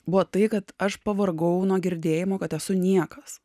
buvo tai kad aš pavargau nuo girdėjimo kad esu niekas